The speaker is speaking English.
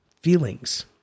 feelings